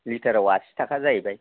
litre आव आसि थाखा जाहैबाय